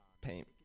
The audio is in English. paint